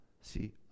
See